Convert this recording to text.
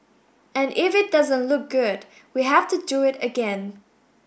and if it doesn't look good we have to do it again